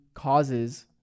causes